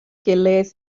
gilydd